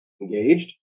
engaged